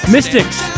Mystics